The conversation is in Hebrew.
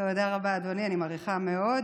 תודה רבה, אדוני, אני מעריכה מאוד.